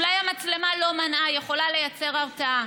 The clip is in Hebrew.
אולי המצלמה לא מנעה, היא יכולה לייצר הרתעה.